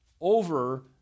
over